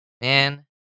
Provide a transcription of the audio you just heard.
Man